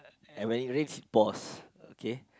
and when it reach pause okay